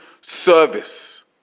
service